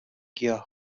گیاه